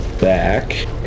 back